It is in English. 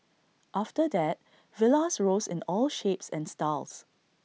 after that villas rose in all shapes and styles